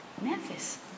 Memphis